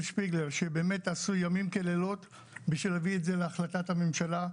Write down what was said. שפיגלר שבאמת עשו ימים כלילות בשביל להביא את זה להחלטת הממשלה,